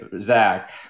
Zach